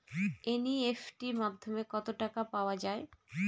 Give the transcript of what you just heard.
NEFT মাধ্যমে কত টাকা পাঠানো যায়?